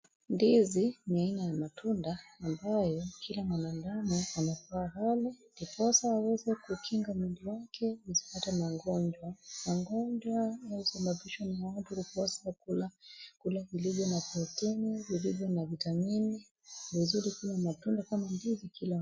Ndizi ni aina ya matunda ambayo kila mwanadamu anafaa ale ndiposa aweze kukinga mwili wake usipatwe na magonjwa. Magonjwa ambayo husababishwa na watu kukosa kula vilivyo na proteni, vilivyo na vitamini ni vizuri kula matunda kama ndizi kila.